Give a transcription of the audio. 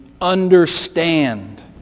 understand